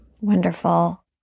Wonderful